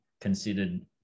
considered